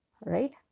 right